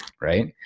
right